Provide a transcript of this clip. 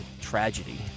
tragedy